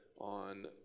on